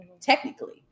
technically